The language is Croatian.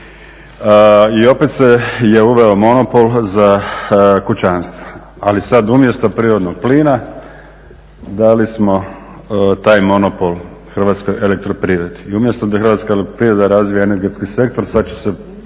I opet se je uveo monopol za kućanstva, ali sad umjesto prirodnog plina dali smo taj monopol Hrvatskoj elektroprivredi. I umjesto da Hrvatska elektroprivreda razvija energetski sektor, sad će se